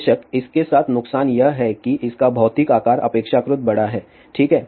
बेशक इसके साथ नुकसान यह है कि इसका भौतिक आकार अपेक्षाकृत बड़ा है ठीक है